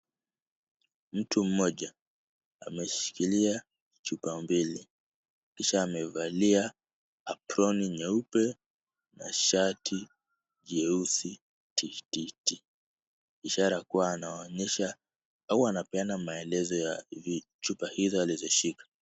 Mtu mmoja ameshikilia chupa mbili, kisha amevalia aproni nyeupe na shati jeusi tititi, ishara kuwa anawaonyesha, huwa anapeana maelezo ya chupa hizo alizoshika.